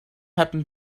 happen